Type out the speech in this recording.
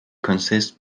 consist